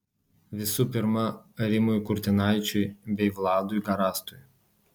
visų pirma rimui kurtinaičiui bei vladui garastui